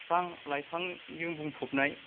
बिफां लाइफांजों बुंफबनाय